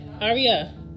Aria